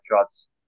shots